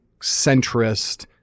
centrist